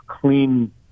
clean